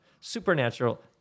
supernatural